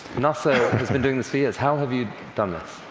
nasa has been doing this for years. how have you done this?